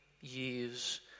years